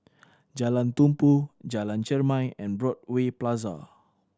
Jalan Tumpu Jalan Chermai and Broadway Plaza